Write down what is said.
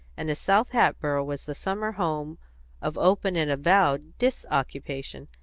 and as south hatboro' was the summer home of open and avowed disoccupation,